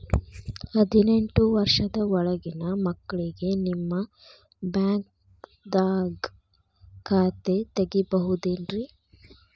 ಹದಿನೆಂಟು ವರ್ಷದ ಒಳಗಿನ ಮಕ್ಳಿಗೆ ನಿಮ್ಮ ಬ್ಯಾಂಕ್ದಾಗ ಖಾತೆ ತೆಗಿಬಹುದೆನ್ರಿ?